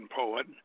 poet